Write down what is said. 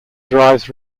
drives